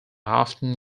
often